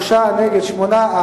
שלושה בעד, שמונה נגד.